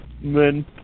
men